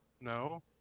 No